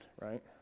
right